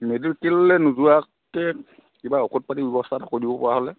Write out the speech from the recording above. মেডিকেললৈ নোযোৱাকৈ কিবা ঔষধ পাতি ব্যৱস্থা এটা কৰি দিব পৰা হ'লে